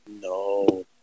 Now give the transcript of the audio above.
No